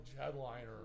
headliner